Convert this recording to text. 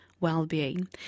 wellbeing